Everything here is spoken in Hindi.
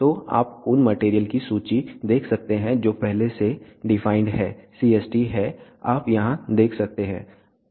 तो आप उन मटेरियल की सूची देख सकते हैं जो पहले से डिफाइंड हैं CST हैं आप यहां देख सकते हैं